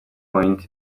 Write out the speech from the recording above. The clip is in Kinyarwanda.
point